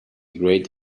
great